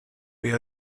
beth